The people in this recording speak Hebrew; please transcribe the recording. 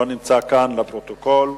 נוכח, לפרוטוקול.